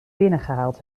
binnengehaald